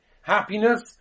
happiness